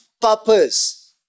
purpose